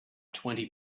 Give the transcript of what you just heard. twenty